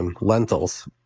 lentils